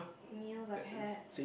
meals I've had